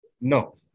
No